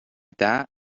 that